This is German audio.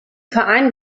verein